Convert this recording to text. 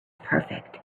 perfect